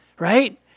Right